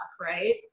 right